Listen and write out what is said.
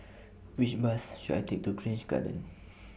Which Bus should I Take to Grange Garden